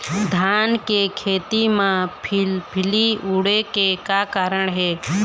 धान के खेती म फिलफिली उड़े के का कारण हे?